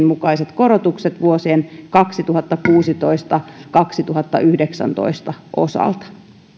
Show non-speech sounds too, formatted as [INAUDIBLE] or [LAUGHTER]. [UNINTELLIGIBLE] mukaiset korotukset vuosien kaksituhattakuusitoista viiva kaksituhattayhdeksäntoista osalta